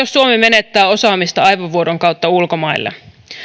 suomi menettää osaamista aivovuodon kautta ulkomaille